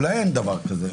אולי אין דבר כזה.